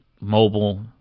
Mobile